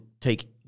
take